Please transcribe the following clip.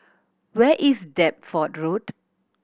where is Deptford Road